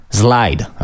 slide